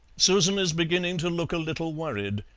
susan is beginning to look a little worried.